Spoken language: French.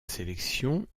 sélection